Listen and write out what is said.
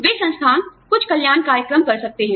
वे संस्थान कुछ कल्याण कार्यक्रम कर सकते हैं